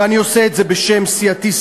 ואני עושה את זה בשם סיעתי,